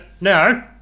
No